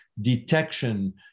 detection